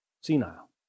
senile